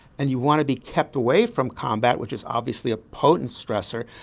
and you want to be kept away from combat, which is obviously a potent stressor,